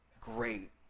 great